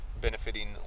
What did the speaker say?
benefiting